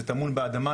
זה טמון באדמה,